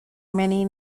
many